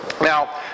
Now